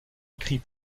écrit